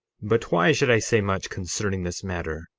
but why should i say much concerning this matter?